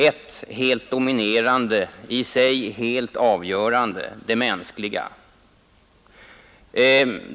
Ett helt dominerande, i sig helt avgörande: det mänskliga.